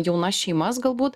jaunas šeimas galbūt